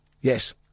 Yes